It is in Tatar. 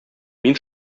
мин